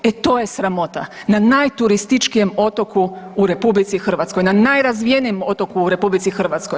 E to je sramota, na najturističkijem otoku u RH, na najrazvijenijem otoku u RH.